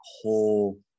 whole